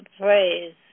praise